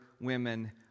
women